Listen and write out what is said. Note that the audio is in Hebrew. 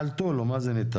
יחלטו לו, מה זה ניתן.